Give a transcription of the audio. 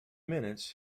minutes